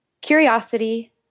curiosity